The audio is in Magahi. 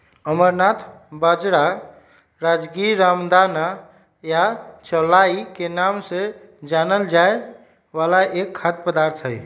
अमरनाथ बाजरा, राजगीरा, रामदाना या चौलाई के नाम से जानल जाय वाला एक खाद्य पदार्थ हई